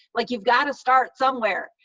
like you've got to start somewhere,